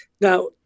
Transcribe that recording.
Now